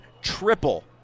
triple